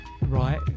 right